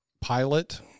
pilot